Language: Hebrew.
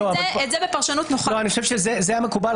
לא, אני חושב שזה המקובל.